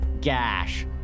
gash